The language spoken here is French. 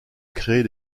créer